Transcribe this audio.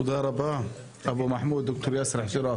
תודה רבה, אבו מחמוד ד"ר יאסר חוג'יראת.